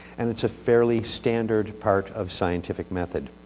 and it's a fairly standard part of scientific method.